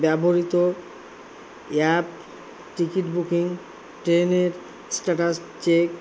ব্যবহৃত app ticket booking ট্রেনের status check